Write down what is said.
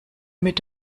mit